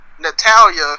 Natalia